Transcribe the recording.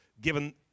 given